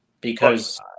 because-